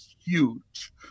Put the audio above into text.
huge